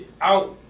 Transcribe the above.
out